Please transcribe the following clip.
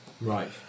Right